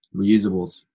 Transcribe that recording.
reusables